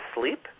sleep